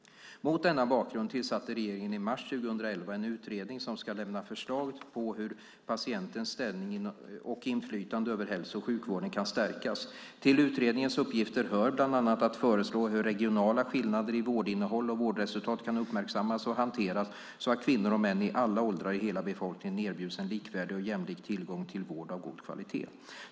Mot denna bakgrund tillsatte regeringen i mars 2011 en utredning som ska lämna förslag på hur patientens ställning inom och inflytande över hälso och sjukvården kan stärkas. Till utredningens uppgifter hör bland annat att föreslå hur regionala skillnader i vårdinnehåll och vårdresultat kan uppmärksammas och hanteras så att kvinnor och män i alla åldrar i hela befolkningen erbjuds en likvärdig och jämlik tillgång till vård av god kvalitet.